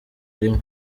rimwe